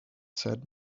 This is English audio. said